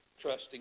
trusting